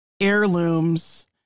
heirlooms